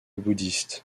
bouddhiste